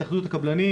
התאחדות הקבלנים,